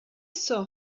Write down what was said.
saw